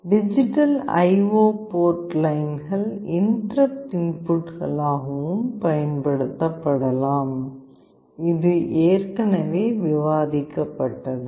digital I O port லைன்கள் interrupt இன்புட்களாகவும் பயன்படுத்தப்படலாம் இது ஏற்கனவே விவாதிக்கப்பட்டது